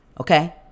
Okay